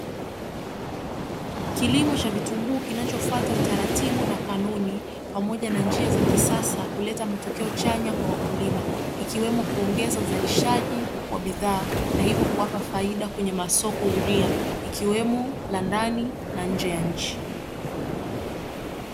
Kilimo cha vitunguu kinachofuata utaratibu na kanuni, pamoja na njia za kisasa, kuleta matokeo chanya kwa wakulima , ikiwemo kuongeza uzalishaji wa bidhaa, na hivyo kuwapa faida kwenye masoko huria , ikiwemo la ndani, na nje ya nchi.